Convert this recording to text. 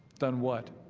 done what